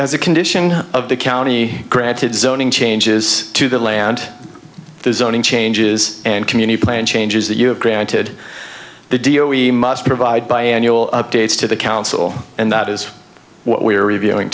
as a condition of the county granted zoning changes to the land the zoning changes and community plan changes that you have granted the deal we must provide by annual updates to the council and that is what we are reviewing